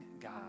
God